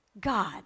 God